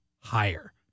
higher